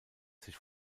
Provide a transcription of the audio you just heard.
sich